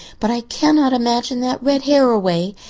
but i cannot imagine that red hair away.